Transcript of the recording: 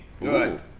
Good